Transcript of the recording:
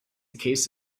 case